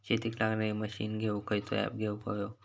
शेतीक लागणारे मशीनी घेवक खयचो ऍप घेवक होयो?